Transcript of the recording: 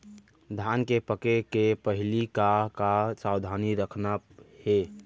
धान के पके के पहिली का का सावधानी रखना हे?